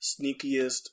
sneakiest